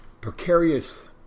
precarious